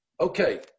Okay